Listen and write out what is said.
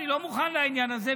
אני לא מוכן לעניין הזה,